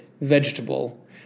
vegetable